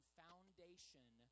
foundation